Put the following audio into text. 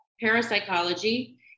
parapsychology